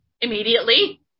immediately